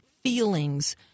feelings